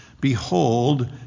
Behold